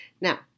Now